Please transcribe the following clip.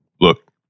Look